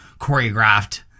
choreographed